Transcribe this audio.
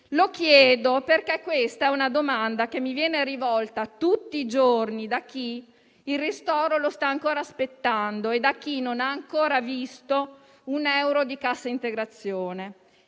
Lo chiedo perché questa è una domanda che mi viene rivolta tutti i giorni da chi il ristoro lo sta ancora aspettando e da chi non ha ancora visto un euro di cassa integrazione.